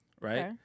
right